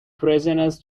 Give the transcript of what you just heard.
prisoners